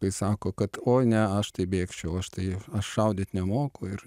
kai sako kad oi ne aš tai bėgčiau aš tai aš šaudyt nemoku ir